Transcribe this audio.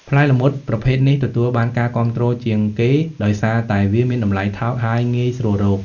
ផ្លែល្មុតប្រភេទនេះទទួលបានការគាំទ្រជាងគេដោយសារតែវាមានតម្លៃថោក ហើយងាយស្រួលរក។